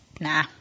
Nah